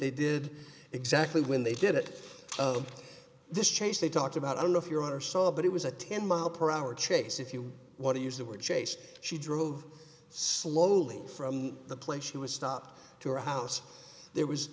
they did exactly when they did it this chase they talked about i don't know if your honor saw but it was a ten mile per hour chase if you want to use the word chase she drove slowly from the place she was stopped to her house there was